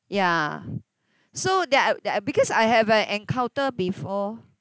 ya so th~ I th~ I because I have an encounter before